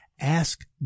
Ask